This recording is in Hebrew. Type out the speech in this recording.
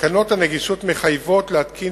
תקנות הנגישות מחייבות להתקין